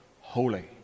holy